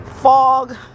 fog